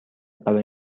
برای